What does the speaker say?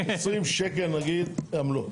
20 שקלים נגיד עמלות.